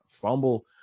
fumble